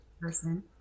person